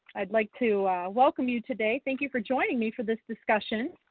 i'd like to welcome you today. thank you for joining me for this discussion.